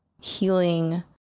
healing